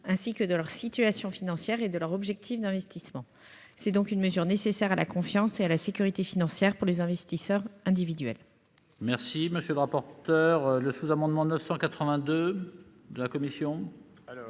ainsi que de leur situation financière et de leurs objectifs d'investissement. Il s'agit donc d'une mesure nécessaire à la confiance et à la sécurité financière pour les investisseurs individuels.